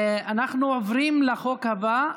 אנחנו עוברים לחוק הבא,